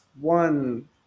one